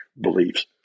beliefs